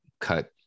cut